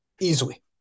Easily